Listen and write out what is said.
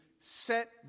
set